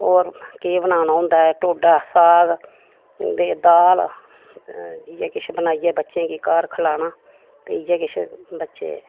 होर केह् बनाना होंदा ऐ ढोड्ढा साग दे दाल इ'यै किश बनाइयै बच्चें गी घर खलाना ते इ'यै किश बच्चे